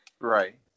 Right